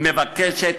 מבקשת